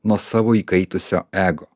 nuo savo įkaitusio ego